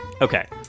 Okay